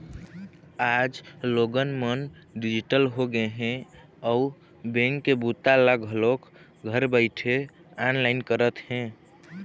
आज लोगन मन डिजिटल होगे हे अउ बेंक के बूता ल घलोक घर बइठे ऑनलाईन करत हे